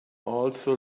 also